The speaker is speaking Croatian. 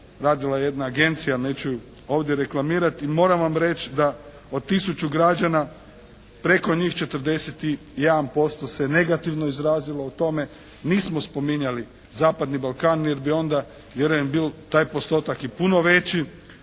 radila je jedna agencija, neću ovdje reklamirati. I moram vam reći da od tisuću građana preko njih 41% se negativno izrazilo o tome. Nismo spominjali zapadni Balkan jer bi onda vjerujem taj postotak bio i puno više.